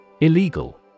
Illegal